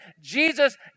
Jesus